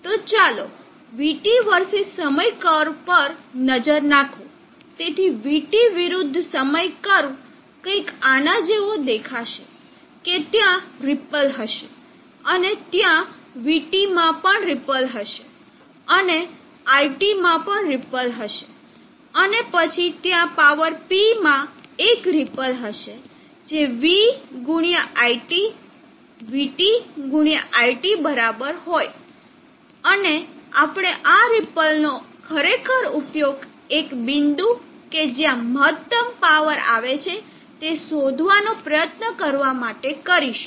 તો ચાલો vT versus સમય કર્વ પર નજર નાખો તેથી vT વિરુદ્ધ સમય કર્વ કંઈક આના જેવો દેખાશે કે ત્યાં રીપલ હશે અને ત્યાં vT માં પણ રીપલ હશે અને iT માં પણ રીપલ હશે અને પછી ત્યાં પાવર P માં એક રીપલ હશે જે v ગુણીયા iT vT ગુણીયા iT બરાબર હોય અને આપણે આ રીપલ નો ખરેખર ઉપયોગ એક બિંદુ કે જ્યાં મહત્તમ પાવર આવે છે તે શોધવાનો પ્રયત્ન કરવા માટે કરીશું